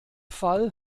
fall